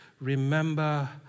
Remember